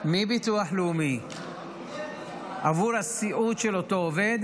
מביטוח לאומי עבור הסיעוד של אותו עובד